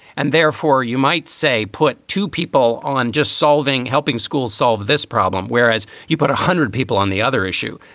and therefore, you might say put two people on just solving helping schools solve this problem, whereas you put one hundred people on the other issue.